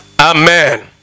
Amen